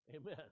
Amen